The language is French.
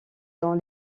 dans